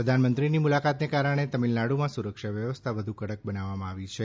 પ્રધાનમંત્રીની મુલાકાતને કારણે તમિલનાડુમાં સુરક્ષા વ્યવસ્થા વધુ કડક બનાવાઈ છે